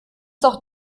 doch